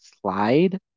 slide